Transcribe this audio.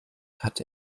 hatte